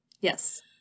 Yes